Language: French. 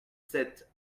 sept